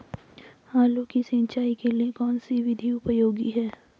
आलू की सिंचाई के लिए कौन सी विधि उपयोगी है?